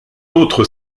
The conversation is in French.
autre